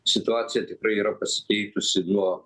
situacija tikrai yra pasikeitusi nuo